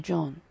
John